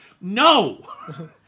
No